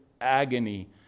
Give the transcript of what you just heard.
agony